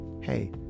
Hey